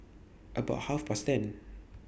about Half Past ten